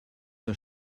der